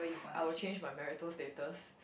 I will change my marital status